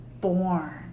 born